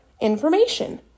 information